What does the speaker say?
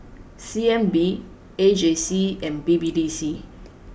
C N B A J C and B B D C